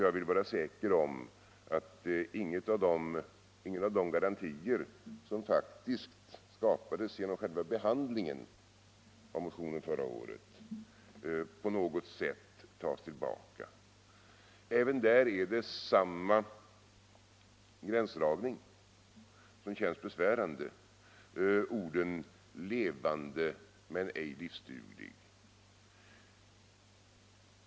Jag vill vara säker om att ingen av de garantier som faktiskt skapades genom själva behandlingen av motionen förra året på något sätt tas tillbaka. Även där är det samma gränsdragning som känns besvärande, nämligen orden ”levande men ej livsduglig”.